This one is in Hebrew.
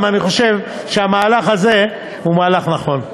כי אני חושב שהמהלך הזה הוא מהלך נכון.